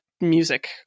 music